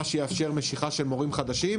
מה שיאפשר משיכה של מורים חדשים,